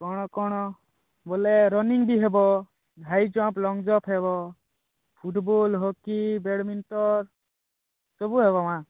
କ'ଣ କ'ଣ ବୋଲେ ରନିଙ୍ଗ୍ ବି ହେବେ ହାଇଜମ୍ପ୍ ଲଙ୍ଗଜମ୍ପ୍ ହେବ ଫୁଟବଲ୍ ହକି ବ୍ୟାଡ଼ମିଣ୍ଟନ୍ ସବୁ ହେବ ମା'